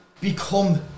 become